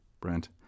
Brent